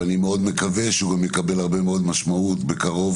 ואני מאוד מקווה שהוא גם יקבל הרבה מאוד משמעות בקרוב,